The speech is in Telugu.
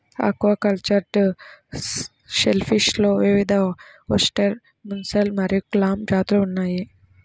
ఆక్వాకల్చర్డ్ షెల్ఫిష్లో వివిధఓస్టెర్, ముస్సెల్ మరియు క్లామ్ జాతులు ఉన్నాయి